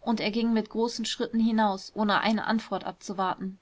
und er ging mit großen schritten hinaus ohne eine antwort abzuwarten